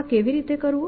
આ કેવી રીતે કરવું